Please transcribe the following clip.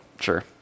sure